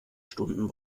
stunden